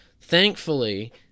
Thankfully